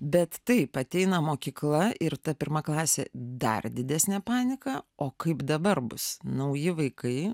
bet taip ateina mokykla ir ta pirmaklasė dar didesnė panika o kaip dabar bus nauji vaikai